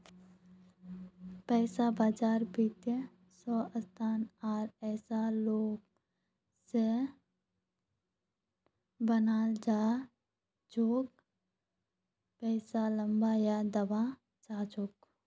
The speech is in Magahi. पैसा बाजार वित्तीय संस्थानों आर ऐसा लोग स बनिल छ जेको पैसा लीबा या दीबा चाह छ